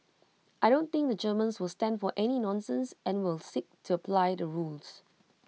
I don't think the Germans will stand for any nonsense and will seek to apply the rules